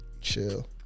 Chill